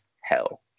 hell